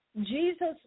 Jesus